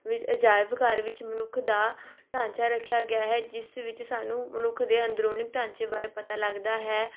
ਵਿੱਚ ਅਜਾਇਬ ਘਰ ਵਿੱਚ ਮਨੁੱਖ ਦਾ ਢਾਂਚਾ ਰੱਖਿਆ ਗਿਆ ਹੈ ਜਿਸ ਵਿੱਚ ਸਾਨੂੰ ਮਨੁੱਖ ਦੇ ਅੰਦਰੂਨੀ ਢਾਂਚੇ ਬਾਰੇ ਪਤਾ ਲੱਗਦਾ ਹੈ